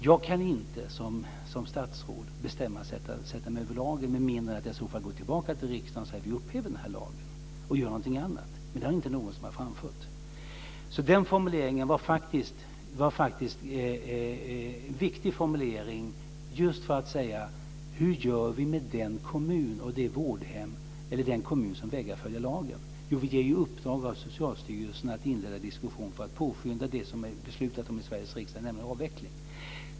Jag kan inte som statsråd sätta mig över lagen med mindre än att jag går tillbaka till riksdagen och säger att vi ska upphäva lagen och göra någonting annat, men det förslaget är det ingen som har framfört. Den formuleringen var faktiskt viktig just när det gällde hur vi ska göra med den kommun som vägrar följa lagen. Jo, vi ger Socialstyrelsen i uppdrag att inleda diskussion för att påskynda det som det beslutats om i Sveriges riksdag, nämligen avveckling.